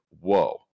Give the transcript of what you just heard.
whoa